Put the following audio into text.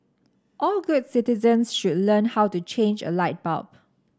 all good citizens should learn how to change a light bulb